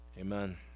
amen